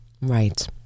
Right